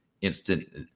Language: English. instant